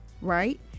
right